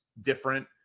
different